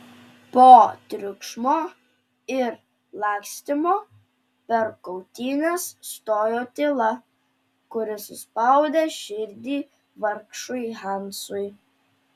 po triukšmo ir lakstymo per kautynes stojo tyla kuri suspaudė širdį vargšui hansui